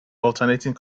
alternating